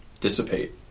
dissipate